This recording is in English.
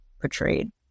portrayed